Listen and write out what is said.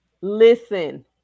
Listen